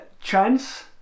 chance